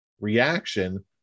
reaction